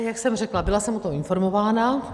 Jak jsem řekla, byla jsem o tom informována.